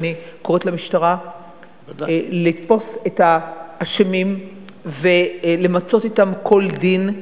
ואני קוראת למשטרה לתפוס את האשמים ולמצות אתם כל דין.